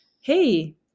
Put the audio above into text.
hey